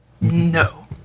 No